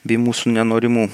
bei mūsų nenorimų